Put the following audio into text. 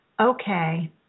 okay